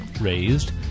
raised